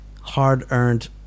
hard-earned